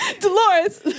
Dolores